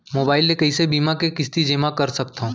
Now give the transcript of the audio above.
Mobile ले कइसे बीमा के किस्ती जेमा कर सकथव?